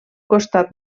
costat